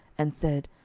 and said,